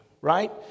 right